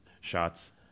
shots